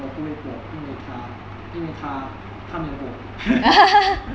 我不会过因为他因为他他没有过